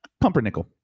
Pumpernickel